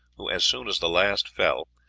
who, as soon as the last fell,